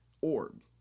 orb